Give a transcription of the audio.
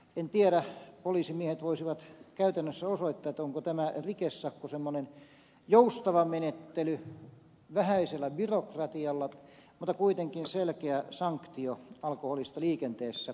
en tiedä poliisimiehet voisivat käytännössä osoittaa onko tämä rikesakko semmoinen joustava menettely vähäisellä byrokratialla mutta kuitenkin selkeä sanktio alkoholista liikenteessä